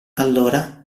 allora